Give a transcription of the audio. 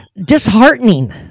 Disheartening